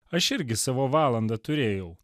aš irgi savo valandą turėjau